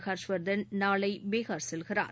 ஹர்ஷ்வர்தன் நாளை பீகார் செல்கிறார்